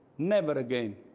never again.